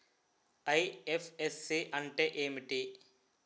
IFSC అంటే ఏమిటి?